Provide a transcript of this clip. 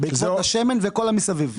שמן וכל המסביב.